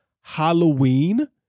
Halloween